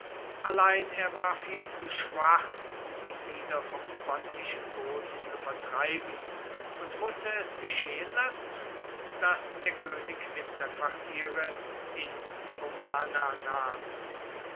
allein er war viel zu schwach um ihn wieder vom pontischen boden zu vertreiben und mußte es geschehen lassen daß der könig winterquartiere in komana nahm